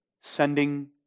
Sending